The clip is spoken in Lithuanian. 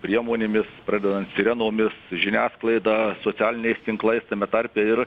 priemonėmis pradedant sirenomis žiniasklaida socialiniais tinklais tame tarpe ir